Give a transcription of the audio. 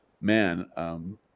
Man